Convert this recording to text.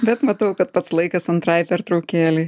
bet matau kad pats laikas antrai pertraukėlei